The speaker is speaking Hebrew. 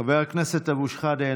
חבר הכנסת אבו שחאדה,